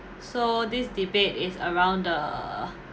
so this debate is around the